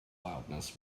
loudness